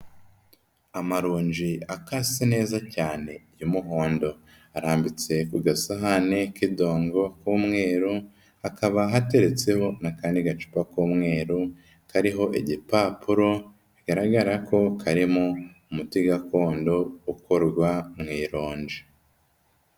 Amaronji akase neza cyane y'umuhondo arambitse ku gasahane k'idongo k'umweru, hakaba hateretseho n'akandi gacupa k'umweru kariho igipapuro, bigaragara ko karimo umuti gakondo ukorwa mu ironji.